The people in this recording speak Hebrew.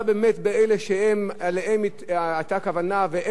שאליהם היתה הכוונה והם מחו חברתית.